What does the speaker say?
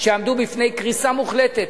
שעמדו בפני קריסה מוחלטת,